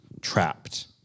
trapped